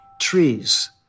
trees